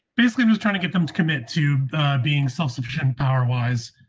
basically was trying to get them to commit to being self sufficient power wise?